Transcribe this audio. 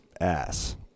ass